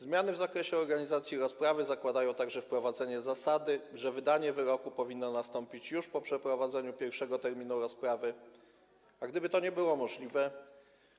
Zmiany w zakresie organizacji rozprawy zakładają także wprowadzenie zasady, że wydanie wyroku powinno nastąpić już po przeprowadzeniu pierwszego terminu rozprawy, a gdyby to nie było możliwe,